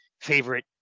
favorite